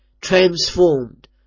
Transformed